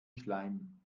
schleim